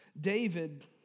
David